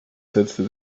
setzte